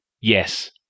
yes